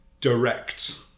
direct